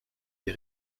des